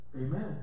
Amen